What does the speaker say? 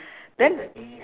then